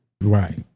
Right